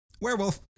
Werewolf